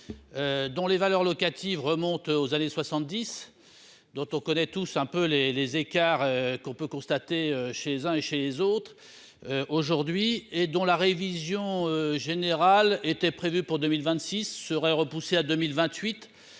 dont les valeurs locatives remonte aux années 70, dont on connaît tous un peu les les écarts qu'on peut constater chez un et chez les autres aujourd'hui et dont la révision générale était prévue pour 2000 vingt-six serait repoussée à 2028